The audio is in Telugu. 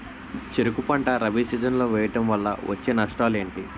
చెరుకు పంట రబీ సీజన్ లో వేయటం వల్ల వచ్చే నష్టాలు ఏంటి?